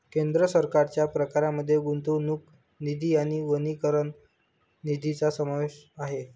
केंद्र सरकारच्या प्रकारांमध्ये गुंतवणूक निधी आणि वनीकरण निधीचा समावेश आहे